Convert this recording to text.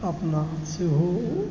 अपना सेहो